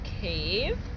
cave